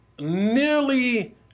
nearly